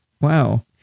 wow